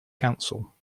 council